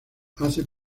hace